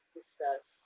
discuss